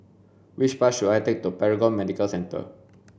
which bus should I take to Paragon Medical Centre